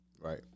Right